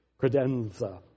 credenza